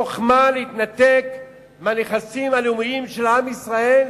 חוכמה להתנתק מהנכסים הלאומיים של עם ישראל?